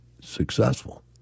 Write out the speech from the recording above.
successful